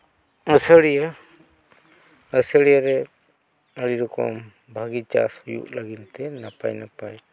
ᱟᱹᱥᱟᱹᱲᱤᱭᱟᱹ ᱟᱹᱥᱟᱹᱲᱤᱭᱟᱹ ᱨᱮ ᱟᱹᱰᱤ ᱨᱚᱠᱚᱢ ᱵᱷᱟᱹᱜᱤ ᱪᱟᱥ ᱦᱩᱭᱩᱜ ᱞᱟᱹᱜᱤᱫᱛᱮ ᱱᱟᱯᱟᱭ ᱱᱟᱯᱟᱭ